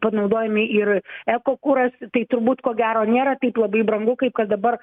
panaudojami ir ekokuras tai turbūt ko gero nėra taip labai brangu kaip kad dabar